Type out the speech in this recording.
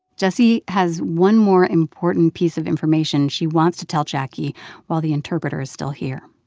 jessie has one more important piece of information she wants to tell jacquie while the interpreter is still here.